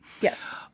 Yes